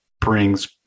brings